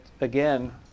again